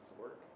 work